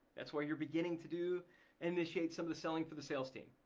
that's what you're beginning to do and initiate some of the selling for the sales team.